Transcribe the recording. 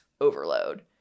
overload